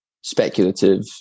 speculative